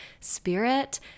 spirit